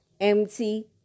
Empty